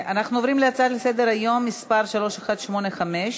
להצעה לסדר-היום מס' 3185: